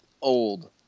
old